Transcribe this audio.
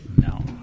No